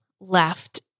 left